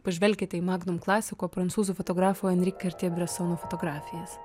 pažvelkite į magnum klasiko prancūzų fotografo enri kartiė bresono fotografijas